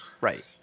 Right